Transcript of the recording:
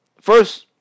first